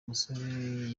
musore